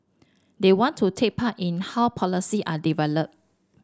they want to take part in how policy are developed